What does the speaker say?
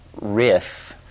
riff